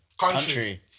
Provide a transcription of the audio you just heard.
country